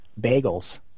bagels